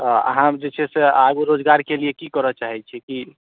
आ अहाँ जे छै से अहाँ बेरोजगार लेल की करऽ चाहे छी की